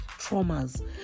traumas